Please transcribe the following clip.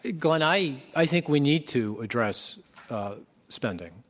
glenn, i i think we need to address spending.